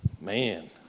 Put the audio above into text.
Man